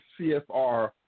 CFR